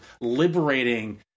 liberating